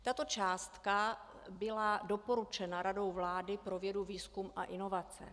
Tato částka byla doporučena Radou vlády pro vědu, výzkum a inovace.